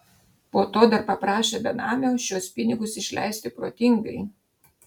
po to dar paprašė benamio šiuos pinigus išleisti protingai